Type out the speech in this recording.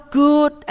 good